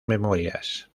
memorias